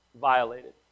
violated